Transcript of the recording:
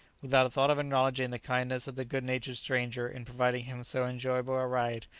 without a thought of acknowledging the kindness of the good-natured stranger in providing him so enjoyable a ride,